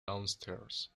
downstairs